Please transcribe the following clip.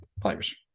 Players